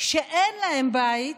ואין להם בית